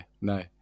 no